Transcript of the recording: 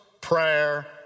prayer